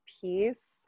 peace